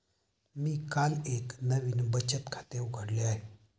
मी काल एक नवीन बचत खाते उघडले आहे